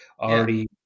already